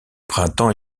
printemps